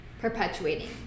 perpetuating